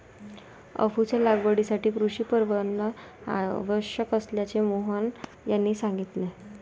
अफूच्या लागवडीसाठी कृषी परवाना आवश्यक असल्याचे मोहन यांनी सांगितले